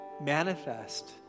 manifest